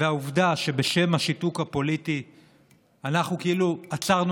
העובדה שבשם השיתוק הפוליטי אנחנו כאילו עצרנו